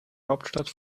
hauptstadt